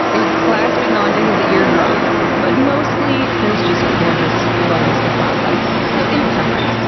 it was clasping onto his eardrum! but mostly, there's just gorgeous photos of wildlife. so in summary,